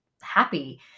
happy